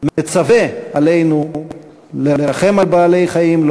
מצווה עלינו לרחם על בעלי-חיים,